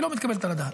היא לא מתקבלת על הדעת.